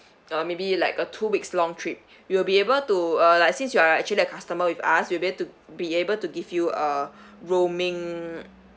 uh maybe like a two weeks long trip you'll be able to uh like since you're actually a customer with us we'll be able to be able to give you uh roaming